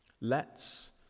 lets